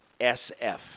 SF